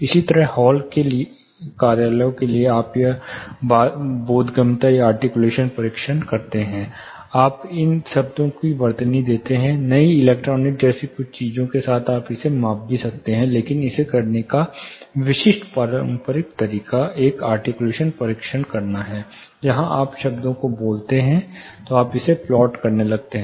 इसी तरह हॉल के लिए कार्यालयों के लिए आप यह बोधगम्यता या आर्टिक्यूलेशन परीक्षण करते हैं आप इन शब्दों की वर्तनी देते हैं नई इलेक्ट्रॉनिक जैसी कुछ चीजों के साथ आप इसे माप भी सकते हैं लेकिन इसे करने का विशिष्ट पारंपरिक तरीका यह आर्टिक्यूलेशन परीक्षण करना है जहां आप शब्दों को बोलते हैं तो आप इसे प्लॉट करने लगते हैं